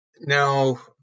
Now